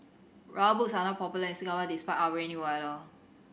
Rubber Boots are not popular in Singapore despite our rainy weather